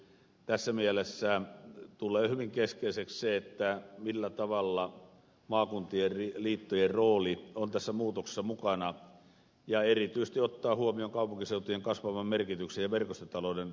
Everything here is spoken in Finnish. tässä mielessä tulee hyvin keskeiseksi se millä tavalla maakuntien liittojen rooli on tässä muutoksessa mukana erityisesti ottaen huomioon kaupunkiseutujen kasvavan merkityksen ja verkostotalouden kehittymisen